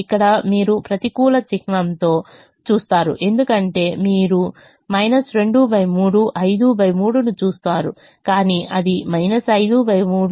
ఇక్కడ మీరు ప్రతికూల చిహ్నంతో చూస్తారు ఎందుకంటే మీరు 2 3 53 ను చూస్తారు కానీ అది 53 23